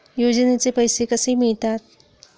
योजनेचे पैसे कसे मिळतात?